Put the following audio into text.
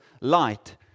light